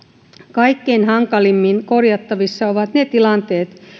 kaikkein hankalimmin korjattavissa ovat ne tilanteet